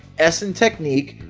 s in technique,